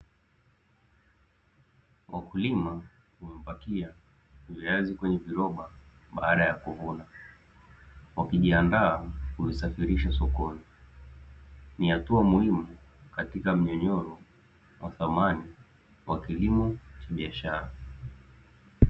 Wakulima wamepakia viazi kwenye viroba baada ya kuvuna, wakijiandaa kuvisafirisha sokoni. Ni hatua muhimu katika mnyororo wa thamani, wa kilimo cha biashara.